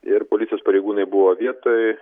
ir policijos pareigūnai buvo vietoj